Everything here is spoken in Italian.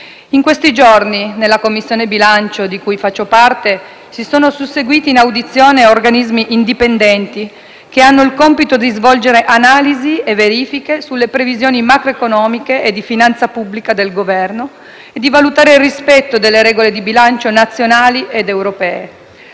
ultimi giorni, nella Commissione bilancio di cui faccio parte si sono susseguiti in audizione organismi indipendenti che hanno il compito di svolgere analisi e verifiche sulle previsioni macroeconomiche e di finanza pubblica del Governo e di valutare il rispetto delle regole di bilancio nazionali ed europee.